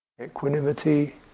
Equanimity